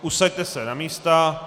Usaďte se na místa.